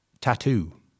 tattoo